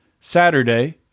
Saturday